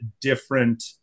different